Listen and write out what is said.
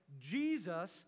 Jesus